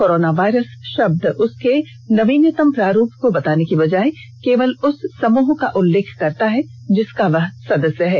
corona virus शब्द उसके नवीनतम प्रारूप को बताने की बजाय केवल उस समूह का उल्लेख करता है जिसका वह सदस्य है